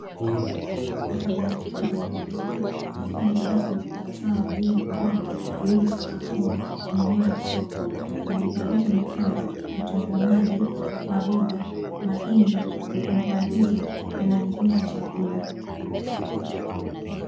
Wafanyabiashara wadogo wadogo, wakiwa wametandaza bidhaa zao juu ya viroba, vilivyo sakafuni kwenye eneo la soko na bidhaa hizo ni kama vitunguu maji, maboga, mahindi, mkungu wa ndizi na aina nyingine ya chakula.